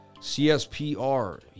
CSPR